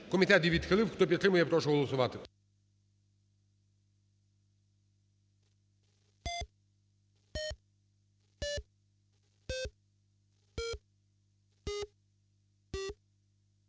комітет її відхилив. Хто підтримує, я прошу голосувати.